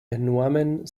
enormen